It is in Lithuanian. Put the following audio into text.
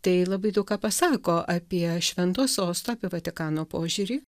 tai labai daug ką pasako apie švento sosto apie vatikano požiūrį